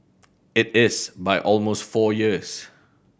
it is by almost four years